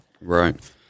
Right